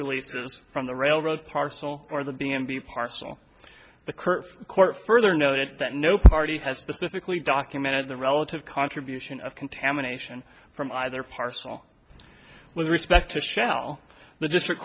releases from the railroad parcel or the b m v parcel the current court further noted that no party has specifically documented the relative contribution of contamination from either parcel with respect to shell the district